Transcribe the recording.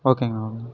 ஓகேங்ணா